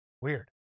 weird